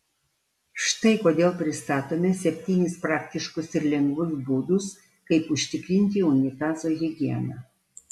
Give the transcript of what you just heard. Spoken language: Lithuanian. štai kodėl pristatome septynis praktiškus ir lengvus būdus kaip užtikrinti unitazo higieną